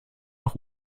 noch